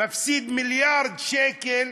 מפסיד מיליארד שקל,